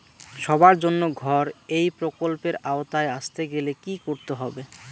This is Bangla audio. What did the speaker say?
সবার জন্য ঘর এই প্রকল্পের আওতায় আসতে গেলে কি করতে হবে?